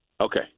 Okay